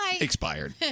expired